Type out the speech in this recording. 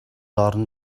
орон